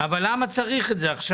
אבל למה צריך את זה עכשיו?